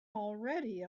already